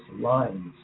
lines